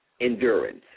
endurance